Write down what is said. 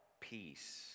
peace